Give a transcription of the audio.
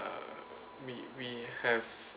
uh we we have